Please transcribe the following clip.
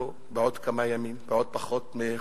אנחנו בעוד כמה ימים, בעוד חודש,